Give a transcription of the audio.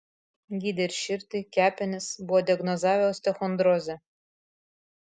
gydė ir širdį kepenis buvo diagnozavę osteochondrozę